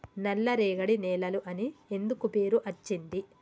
నల్లరేగడి నేలలు అని ఎందుకు పేరు అచ్చింది?